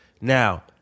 Now